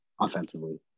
offensively